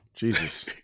Jesus